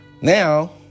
Now